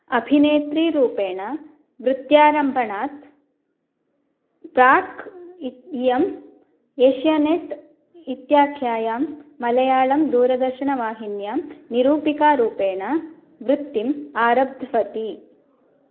अभिनेत्रीरूपेण वृत्यारम्भणात् प्राक् इति इयं एष्यानेट् इत्याख्यायां मलयाळं दूरदर्शनवाहिन्यां निरूपिकारूपेण वृत्तिम् आरब्धवती